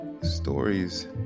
stories